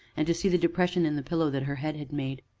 and to see the depression in the pillow that her head had made.